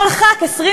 שכל חבר כנסת,